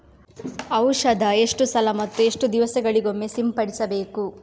ಔಷಧ ಎಷ್ಟು ಸಲ ಮತ್ತು ಎಷ್ಟು ದಿವಸಗಳಿಗೊಮ್ಮೆ ಸಿಂಪಡಿಸಬೇಕು?